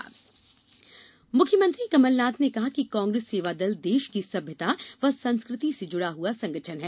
कमलनाथ मुख्यमंत्री कमलनाथ ने कहा है कि कांग्रेस सेवादल देश की सभ्यता व संस्कृति से जुड़ा हुआ संगठन है